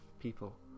people